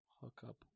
hookup